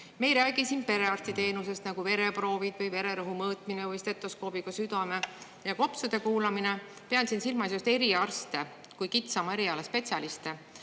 Me ei räägi siin perearstiteenusest, nagu vereproovid või vererõhu mõõtmine või stetoskoobiga südame ja kopsude kuulamine. Pean silmas just eriarste kui kitsama eriala spetsialiste,